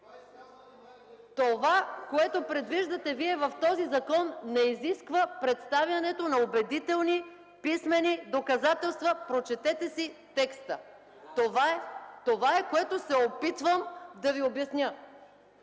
Това, което виждате вие в този закон, не изисква представянето на убедителни писмени доказателства. Прочетете си текста! Това се опитвам да ви обясня.